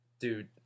Dude